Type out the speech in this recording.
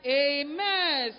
amen